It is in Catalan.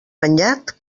banyat